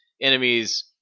enemies